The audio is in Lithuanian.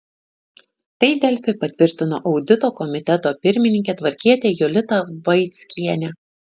tai delfi patvirtino audito komiteto pirmininkė tvarkietė jolita vaickienė